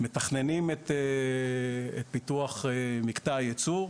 אנחנו מתכננים את פיתוח מקטע הייצור.